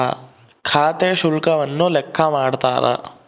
ಖಾತೆ ಶುಲ್ಕವನ್ನು ಲೆಕ್ಕ ಮಾಡ್ತಾರ